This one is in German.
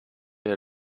hier